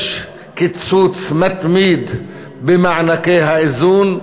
יש קיצוץ מתמיד במענקי האיזון,